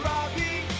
Robbie